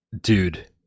dude